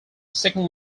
second